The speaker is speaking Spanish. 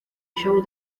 show